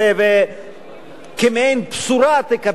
וכמעין בשורה תקבל,